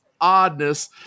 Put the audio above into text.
oddness